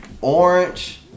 orange